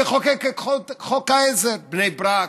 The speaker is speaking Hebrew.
יחוקק את חוק העזר, בני ברק,